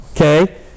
Okay